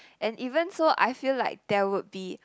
and even so I feel like there would be